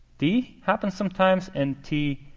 d. happens sometimes in t,